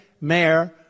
mayor